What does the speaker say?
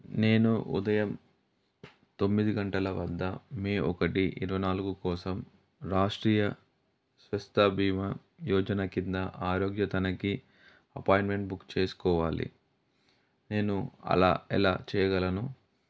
నేను ఉదయం తొమ్మిది గంటల వద్ద మే ఒకటి ఇరవై నాలుగు కోసం రాష్ట్రీయ స్వస్థ బీమా యోజన కింద ఆరోగ్య తనిఖీ అపాయింట్మెంట్ బుక్ చేసుకోవాలి నేను అలా ఎలా చేయగలను